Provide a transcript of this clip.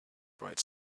bright